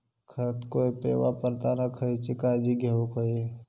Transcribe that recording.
खत कोळपे वापरताना खयची काळजी घेऊक व्हयी?